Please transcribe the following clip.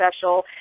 special